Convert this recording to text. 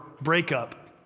breakup